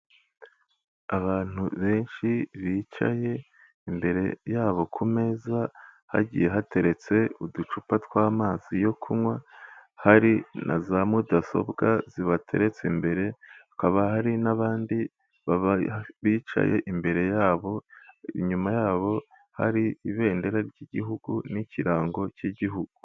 Abantu benshi bicaye imbere yabo kumeza hagiye hateretse uducupa tw'amazi yo kunywa, hari na za mudasobwa zibateretse imbere hakaba hari n'abandi bicaye imbere yabo inyuma yabo, hari ibendera ry'igihugu n'ikirango cy'gihugu.